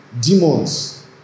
Demons